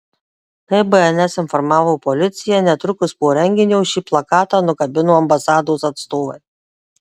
kaip bns informavo policija netrukus po renginio šį plakatą nukabino ambasados atstovai